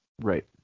Right